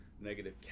negative